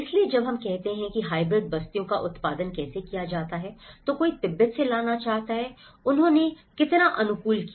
इसलिए जब हम कहते हैं कि हाइब्रिड बस्तियों का उत्पादन कैसे किया जाता है तो कोई तिब्बत से लाना चाहता है उन्होंने कितना अनुकूलन किया